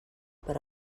per